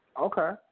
Okay